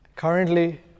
Currently